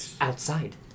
Outside